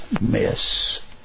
miss